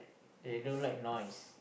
they don't like noise